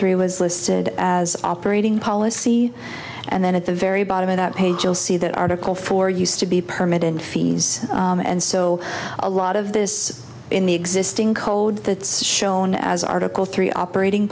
three was listed as operating policy and then at the very bottom of that page you'll see that article four used to be permanent fees and so a lot of this in the existing code that's shown as article three operating